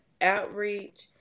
outreach